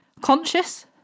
Conscious